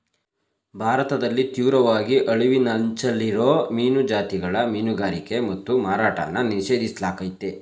ಭಾರತದಲ್ಲಿ ತೀವ್ರವಾಗಿ ಅಳಿವಿನಂಚಲ್ಲಿರೋ ಮೀನು ಜಾತಿಗಳ ಮೀನುಗಾರಿಕೆ ಮತ್ತು ಮಾರಾಟನ ನಿಷೇಧಿಸ್ಲಾಗಯ್ತೆ